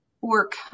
work